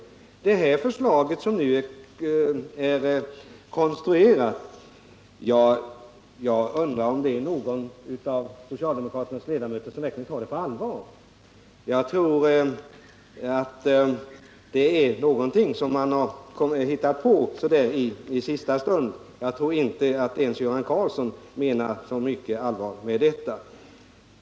När det gäller det förslag som nu konstruerats undrar jag om någon av de socialdemokratiska ledamöterna verkligen tar det på allvar. Jag tror att det är någonting man har hittat på så där i sista stund. Jag tror inte att ens Göran Karlsson menar så mycket allvar med detta.